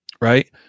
Right